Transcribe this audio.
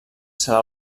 serà